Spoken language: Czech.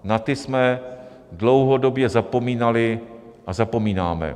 Na ty jsme dlouhodobě zapomínali a zapomínáme.